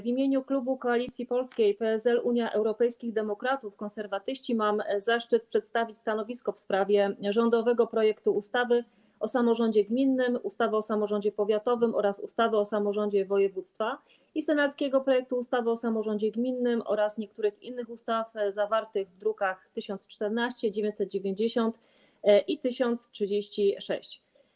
W imieniu klubu Koalicja Polska - PSL - Unia Europejskich Demokratów - Konserwatyści mam zaszczyt przedstawić stanowisko w sprawie rządowego projektu ustawy o zmianie ustawy o samorządzie gminnym, ustawy o samorządzie powiatowym oraz ustawy o samorządzie województwa i senackiego projektu ustawy o zmianie ustawy o samorządzie gminnym oraz niektórych innych ustaw, druk nr 1014, 990 i 1036.